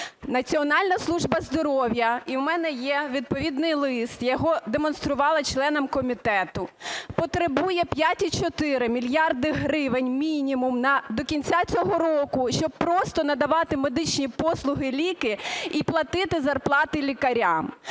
Національна служба здоров'я, і в мене є відповідний лист, його демонструвала членам комітету, потребує 5,4 мільярда гривень мінімум до кінця цього року, щоб просто надавати медичні послуги і ліки, і платити зарплати лікарям.